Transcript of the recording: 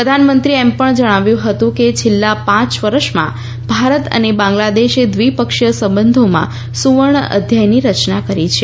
પ્રધાનમંત્રીએ એમ પણ જણાવ્યું હતું કે છેલ્લા પાંચ વર્ષમાં ભારત અને બાંગ્લાદેશે દ્વિપક્ષીય સંબંધોમાં સુવર્ણ અધ્યાયની રચના કરી છે